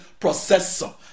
processor